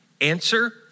Answer